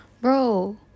bro